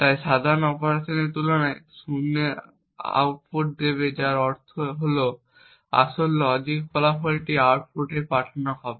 তাই সাধারণ অপারেশনে তুলনাকারী শূন্যের একটি আউটপুট দেবে যার অর্থ হল আসল লজিক্স ফলাফলটি আউটপুটে পাঠানো হবে